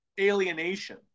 alienation